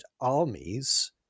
armies